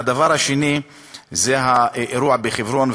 והדבר השני זה האירוע בחברון.